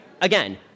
Again